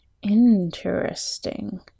Interesting